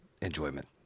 enjoyment